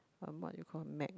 um what you call Mag